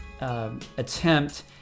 Attempt